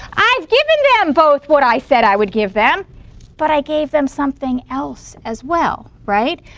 i've given them both what i said i would give them but i gave them something else as well, right?